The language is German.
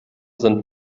sind